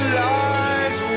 lies